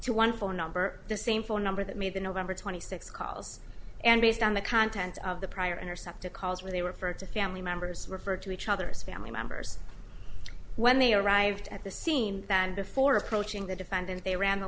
to one phone number the same phone number that made the november twenty sixth calls and based on the contents of the prior intercepted calls where they were first to family members refer to each other as family members when they arrived at the scene than before approaching the defendant they ran the